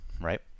Right